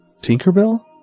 Tinkerbell